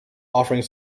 offering